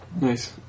Nice